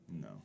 No